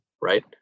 Right